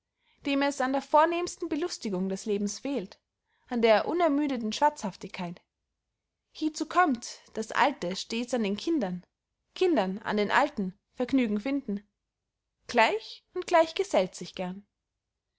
dem es an der vornehmsten belustigung des lebens fehlt an der unermüdeten schwatzhaftigkeit hiezu kömmt daß alte stets an den kindern kinder an den alten vergnügen finden gleich und gleich gesellt sich gern